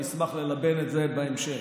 אני אשמח ללבן את זה בהמשך.